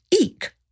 Eek